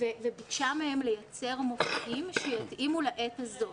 וביקשה מהם לייצר מופעים שיתאימו לעת הזאת